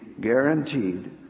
guaranteed